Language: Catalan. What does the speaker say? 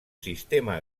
sistema